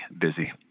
busy